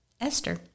Esther